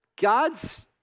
God's